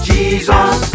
Jesus